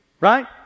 right